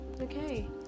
Okay